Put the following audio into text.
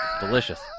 Delicious